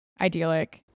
idyllic